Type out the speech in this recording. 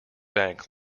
bank